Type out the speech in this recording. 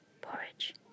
Porridge